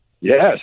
Yes